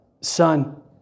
son